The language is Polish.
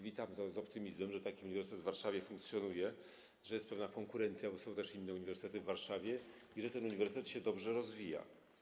Witam to z optymizmem, że taki uniwersytet w Warszawie funkcjonuje, że jest pewna konkurencja, bo są też inne uniwersytety w Warszawie, i że ten uniwersytet dobrze się rozwija.